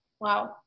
wow